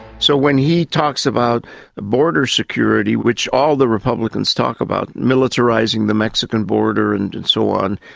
so when he talks about border security, which all the republicans talk about, militarising the mexican border and and so on,